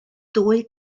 dwy